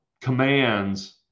commands